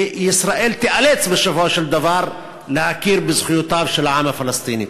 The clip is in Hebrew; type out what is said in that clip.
וישראל תיאלץ בסופו של דבר להכיר בזכויותיו של העם הפלסטיני.